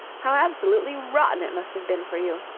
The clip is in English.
how absolutely rotten it must have been for you!